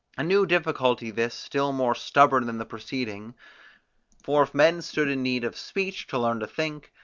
a new difficulty this, still more stubborn than the preceding for if men stood in need of speech to learn to think,